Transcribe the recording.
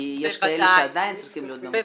כי יש כאלה שעדיין צריכים להיות במוסדות.